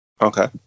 Okay